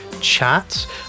chat